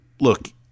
look